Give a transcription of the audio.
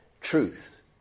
truth